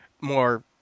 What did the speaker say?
more